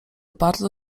bardzo